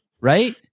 Right